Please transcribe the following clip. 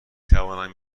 خواهم